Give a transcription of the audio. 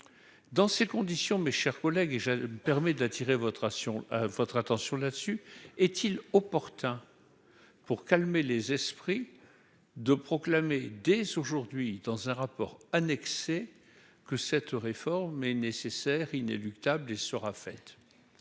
dans ces conditions, mes chers collègues, et je me permets d'attirer votre ration votre attention là-dessus, est-il opportun pour calmer les esprits, de proclamer des aujourd'hui dans un rapport annexé que cette réforme est nécessaire, inéluctable et ce sera fait,